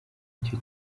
icyo